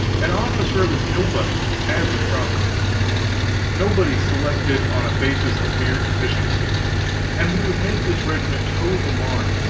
and officer it with nobodies, as was proper nobodies selected on a basis of mere efficiency and we would make this regiment toe the line,